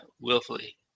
willfully